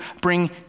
bring